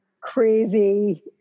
crazy